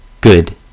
good